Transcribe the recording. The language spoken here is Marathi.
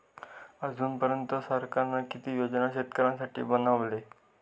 अजून पर्यंत सरकारान किती योजना शेतकऱ्यांसाठी बनवले?